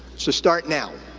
so start now.